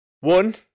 one